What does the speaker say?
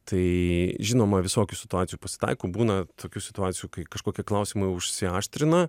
tai žinoma visokių situacijų pasitaiko būna tokių situacijų kai kažkokie klausimai užsiaštrina